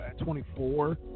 24